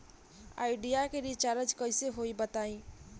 Idea के recharge कइसे होई बताईं?